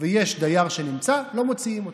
ויש דייר שנמצא, לא מוציאים אותו.